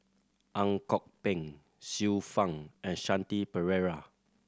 Ang Kok Peng Xiu Fang and Shanti Pereira